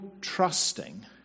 trusting